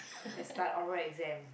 they start oral exam